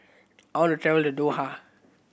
I want to travel to Doha